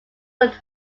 would